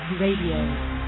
Radio